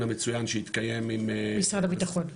המצויין שהתקיים עם --- משרד הבטחון.